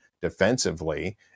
defensively